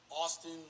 Austin